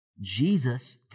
Jesus